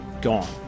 Gone